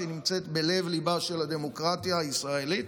ונמצאת בלב-ליבה של הדמוקרטיה הישראלית,